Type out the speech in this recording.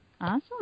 Awesome